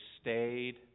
stayed